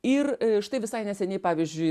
ir štai visai neseniai pavyzdžiui